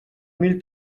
mil